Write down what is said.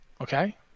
Okay